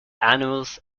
animals